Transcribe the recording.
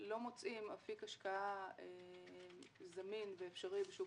- לא מוצאים אפיק השקעה זמין ואפשרי בשוק